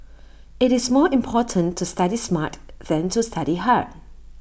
IT is more important to study smart than to study hard